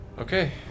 Okay